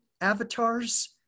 avatars